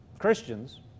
Christians